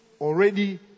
already